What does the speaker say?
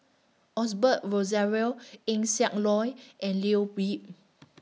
Osbert Rozario Eng Siak Loy and Leo